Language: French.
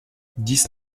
dix